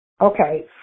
Okay